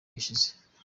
gishize